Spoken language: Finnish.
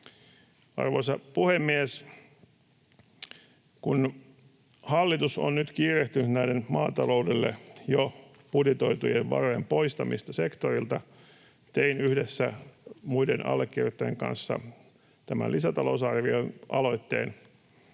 Arvoisa puhemies! Kun hallitus on nyt kiirehtinyt näiden maataloudelle jo budjetoitujen varojen poistamista sektorilta, tein yhdessä muiden allekirjoittajien kanssa tämän lisätalousarvioaloitteen,